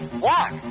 Walk